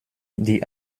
die